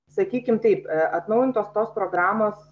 sakykim taip a atnaujintos tos programos